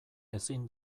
ezin